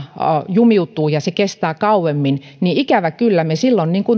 jumiutuu ja luvansaanti kestää kauemmin niin ikävä kyllä me silloin